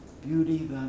beauty